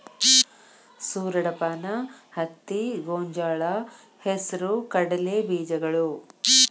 ಸೂರಡಪಾನ, ಹತ್ತಿ, ಗೊಂಜಾಳ, ಹೆಸರು ಕಡಲೆ ಬೇಜಗಳು